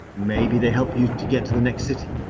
maybe they help you to get to the next city.